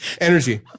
energy